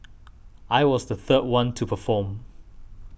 I was the third one to perform